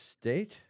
state